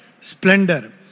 Splendor